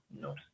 no